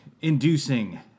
inducing